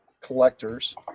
collectors